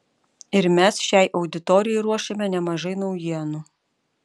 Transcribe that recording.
ir mes šiai auditorijai ruošiame nemažai naujienų